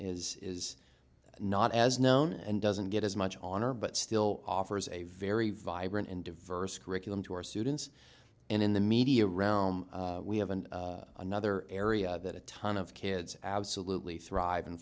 is is not as known and doesn't get as much on or but still offers a very vibrant and diverse curriculum to our students and in the media around we have and another area that a ton of kids absolutely thriv